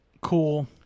Cool